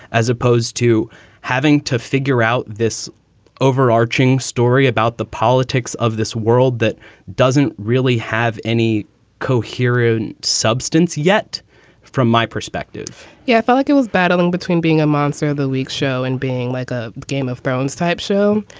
as opposed to having to figure out this overarching story about the politics of this world that doesn't really have any coherent substance yet from my perspective yeah, i feel like it was battling between being a monster of the week show and being like a game of thrones type show.